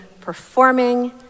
performing